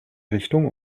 richtung